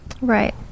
Right